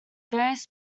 various